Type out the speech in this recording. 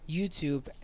YouTube